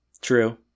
True